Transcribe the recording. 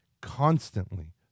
constantly